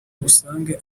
usange